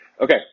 Okay